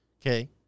Okay